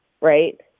right